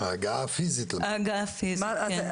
ההגעה הפיזית, כן.